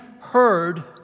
heard